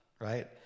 right